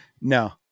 no